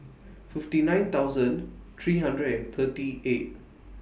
fifty nine thousand three hundred and thirty eight